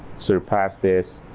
surpass this.